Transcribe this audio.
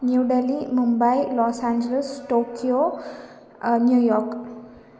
new Delhi Mumbai Los Angeles Tokyo New York